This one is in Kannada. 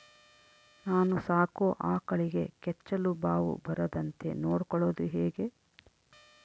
ನಾನು ಸಾಕೋ ಆಕಳಿಗೆ ಕೆಚ್ಚಲುಬಾವು ಬರದಂತೆ ನೊಡ್ಕೊಳೋದು ಹೇಗೆ?